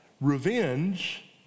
Revenge